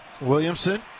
Williamson